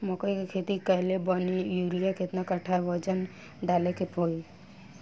मकई के खेती कैले बनी यूरिया केतना कट्ठावजन डाले के होई?